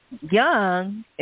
Young